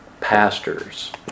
pastors